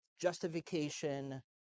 justification